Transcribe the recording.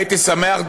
הייתי שמח,